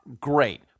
great